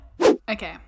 Okay